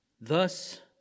Thus